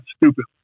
Stupid